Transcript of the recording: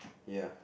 ya